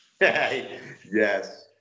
Yes